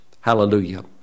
Hallelujah